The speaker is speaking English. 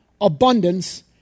abundance